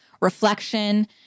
reflection